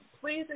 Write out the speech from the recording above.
Please